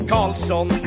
Carlson